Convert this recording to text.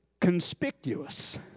conspicuous